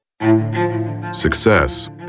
success